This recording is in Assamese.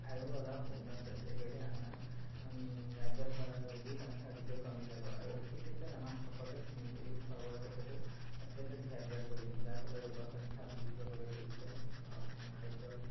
আৰু অলপ উন্নত পৰ্যায় কৰিলে আমাৰ ৰাজ্যত হোৱা ৰোগীৰ সংখ্যা অতিকৈ কমি যাব আৰু সেই ক্ষেত্ৰত আমাৰ সকলোৱে নিজে খোৱা বোৱাৰ ক্ষেত্ৰতো অত্যন্ত ধ্যান দিয়াৰ প্ৰয়োজন যাৰ ফলত ৰোগৰ সংখ্যা বৃদ্ধি পাবলৈ ধৰিছে খাদ্যৰ